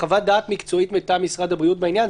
"וחוות דעת מקצועית מטעם משרד הבריאות בעניין".